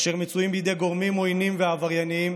אשר מצויים בידי גורמים עוינים ועברייניים,